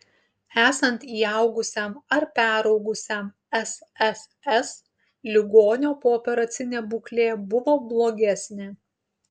esant įaugusiam ar peraugusiam sss ligonio pooperacinė būklė buvo blogesnė